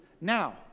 Now